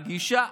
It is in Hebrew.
הגישה.